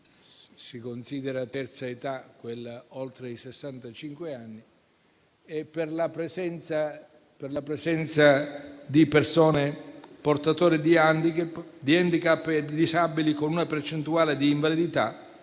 si considera terza età quella oltre i sessantacinque anni) e per la presenza di persone portatrici di *handicap* e di disabili con una percentuale di invalidità